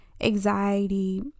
anxiety